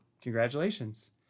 congratulations